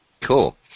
Cool